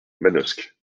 manosque